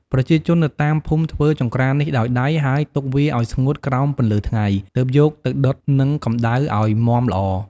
ប្រជាជននៅតាមភូមិធ្វើចង្ក្រាននេះដោយដៃ ហើយទុកវាឱ្យស្ងួតក្រោមពន្លឺថ្ងៃ ទើបយកទៅដុតនឹងកម្ដៅឱ្យមាំល្អ។